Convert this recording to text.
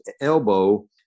elbow